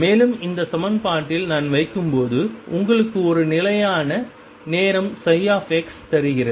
மேலும் இந்த சமன்பாட்டில் நான் வைக்கும்போது உங்களுக்கு ஒரு நிலையான நேரம் xதருகிறது